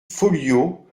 folliot